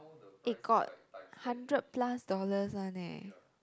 eh got hundred plus dollars one eh